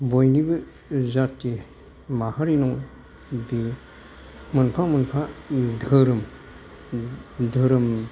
बयनिबो जाथि माहारिनाव बियो मोनफा मोनफा धोरोम